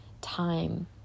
time